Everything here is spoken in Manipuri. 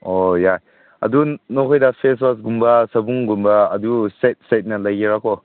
ꯑꯣ ꯌꯥꯏ ꯑꯗꯨ ꯅꯈꯣꯏꯗ ꯐꯦꯁ ꯋꯥꯁꯒꯨꯝꯕ ꯁꯥꯄꯣꯟꯒꯨꯝꯕ ꯑꯗꯨ ꯁꯦꯠ ꯁꯦꯠꯅ ꯂꯩꯒꯦꯔꯀꯣ